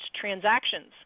transactions